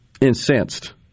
incensed